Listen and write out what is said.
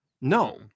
No